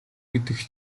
гэдэг